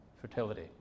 fertility